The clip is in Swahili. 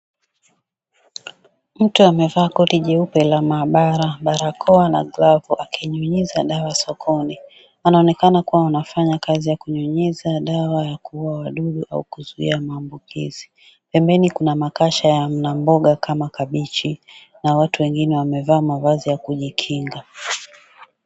Mtu amevaa koti jeupe la maabara, barakoa na glavu akinyunyiza dawa sokoni. Anaonekana kua anafanya kazi ya kunyunyiza dawa ya kua wadudu au kuzuia maambukizi. Pembeni kunamakasha ya mboga kama kabeji na watu wengine wamevaa mavazi ya kujikinga.